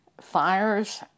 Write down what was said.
fires